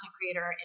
creator